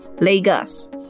Lagos